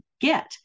get